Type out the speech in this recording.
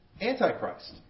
Antichrist